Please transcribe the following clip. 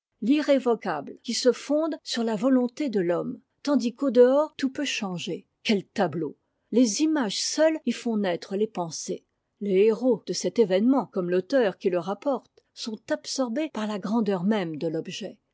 l'exécution l'irrévocable qui se fonde sur la volonté de l'homme tandis qu'au dehors tout peut changer quel tablau les images seules y font naître les pensées tes héros de cet événement comme fauteur qui le rapporte sont absorbés par la grandeur même de l'objet